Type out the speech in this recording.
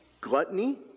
gluttony